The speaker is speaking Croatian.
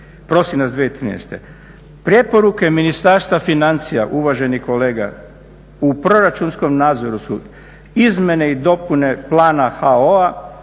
prosinac 2013. Preporuke Ministarstva financija, uvaženi kolega, u proračunskom nadzoru su izmjene i dopune plana HAO-a,